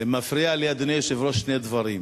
מפריעים לי, אדוני היושב-ראש, שני דברים: